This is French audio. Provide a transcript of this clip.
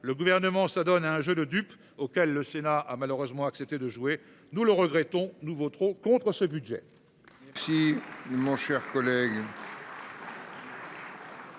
Le gouvernement, ça donne un jeu de dupes auquel le Sénat a malheureusement accepté de jouer. Nous le regrettons, nous voterons contre ce budget.